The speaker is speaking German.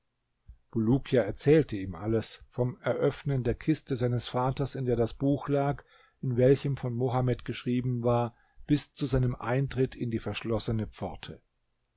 bulukia erzählte ihm alles vom eröffnen der kiste seines vaters in der das buch lag in welchem von mohammed geschrieben war bis zu seinem eintritt in die verschlossene pforte